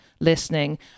listening